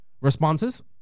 responses